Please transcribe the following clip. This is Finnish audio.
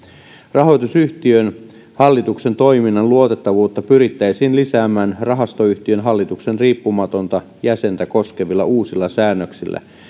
rahoitusyhtiön hallituksen toiminnan luotettavuutta pyrittäisiin lisäämään rahastoyhtiön hallituksen riippumatonta jäsentä koskevilla uusilla säännöksillä